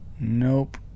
Nope